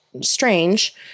strange